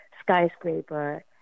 skyscraper